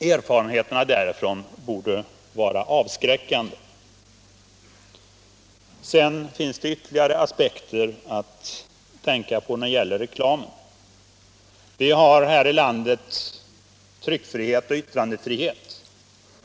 Erfarenheterna därifrån borde vara avskräckande. Sedan finns det ytterligare aspekter att tänka på när det gäller reklam. Vi har här i landet tryckfrihet och yttrandefrihet.